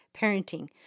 parenting